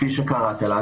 כפי שקראת לה.